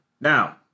now